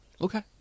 Okay